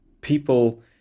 people